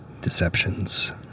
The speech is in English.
Deceptions